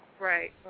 Right